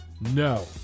No